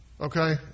Okay